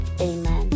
Amen